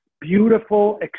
beautiful